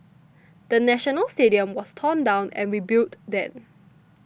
the National Stadium was torn down and rebuilt then